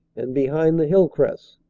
and behind the hill crests,